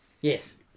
Yes